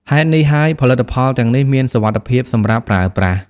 ហេតុនេះហើយ ផលិតផលទាំងនេះមានសុវត្ថិភាពសម្រាប់ប្រើប្រាស់។